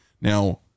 Now